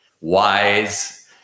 wise